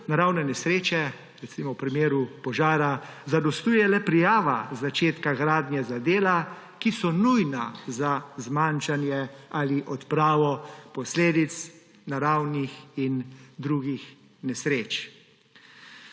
naravne nesreče, recimo v primeru požara, zadostuje le prijava začetka gradnje za dela, ki so nujna za zmanjšanje ali odpravo posledic naravnih in drugih nesreč.